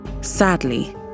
Sadly